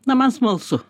na man smalsu